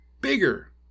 bigger